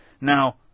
Now